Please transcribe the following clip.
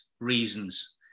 Reasons